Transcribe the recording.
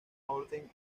orden